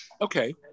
Okay